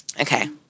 Okay